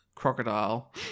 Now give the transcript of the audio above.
crocodile